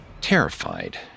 Terrified